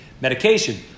medication